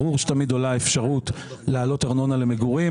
ברור שתמיד עולה האפשרות להעלות ארנונה למגורים.